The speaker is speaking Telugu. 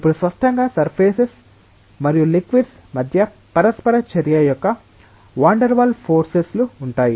ఇప్పుడు స్పష్టంగా సర్ఫేస్ మరియు లిక్విడ్స్ మధ్య పరస్పర చర్య యొక్క van der Waals forces VanDer Waal's forces ఉంటాయి